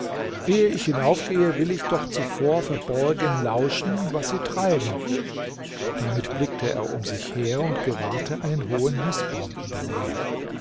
ich hinaufgehe will ich doch zuvor verborgen lauschen was sie treiben damit blickte er um sich her und gewahrte einen hohen nußbaum in der nähe